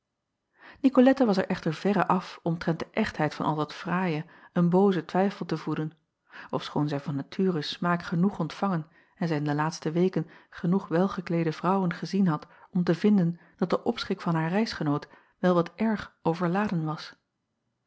icolette was er echter verre af omtrent de echtheid van al dat fraaie een boozen twijfel te voeden ofschoon zij van nature smaak genoeg ontvangen en zij in de laatste weken genoeg welgekleede vrouwen gezien had om te vinden dat de opschik van haar reisgenoot wel wat erg overladen was